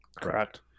Correct